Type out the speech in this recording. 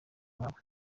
waho